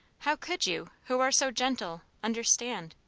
how could you who are so gentle understand?